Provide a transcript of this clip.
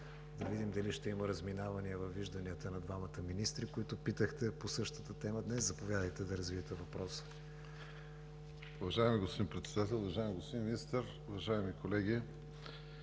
Да видим дали ще има разминавания във вижданията на двамата министри, които питахте по същата тема днес. Заповядайте, за да развиете въпроса. ДЖЕВДЕТ ЧАКЪРОВ (ДПС): Уважаеми господин Председател, уважаеми господин Министър, уважаеми колеги!